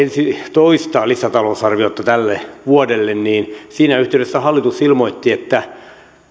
toista lisätalousarviota tälle vuodelle niin siinä yhteydessä hallitus ilmoitti että